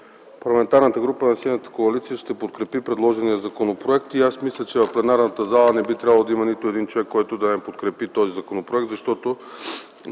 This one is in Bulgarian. Парламентарната група на Синята коалиция ще подкрепи предложения законопроект. Мисля, че в пленарната зала не би трябвало да има нито един човек, който да не подкрепи този законопроект, защото